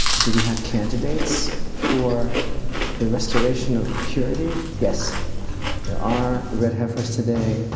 do we have candidates for the restoration of purity? yes, there are red heifers today